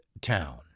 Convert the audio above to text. town